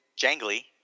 jangly